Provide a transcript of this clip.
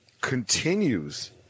continues